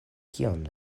kion